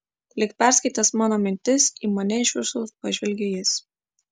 lyg perskaitęs mano mintis į mane iš viršaus pažvelgė jis